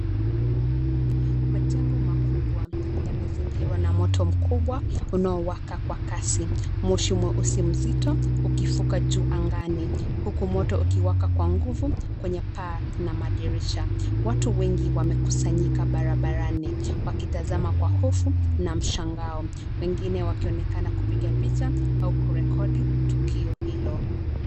Majengo makubwa yamezingirwa na moto mkubwa unaowaka kwa kasi. Moshi mweusi mzito ukifuka juu angani, huku moto ukiwaka kwa nguvu kwenye paa na madirisha. Wati wengi wamekusanyika barabarani wakitazama kwa hofu na mshangao. Wengine wakionekana kupiga picha au kurekodi tukio hilo.